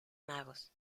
magos